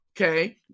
okay